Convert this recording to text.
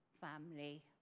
family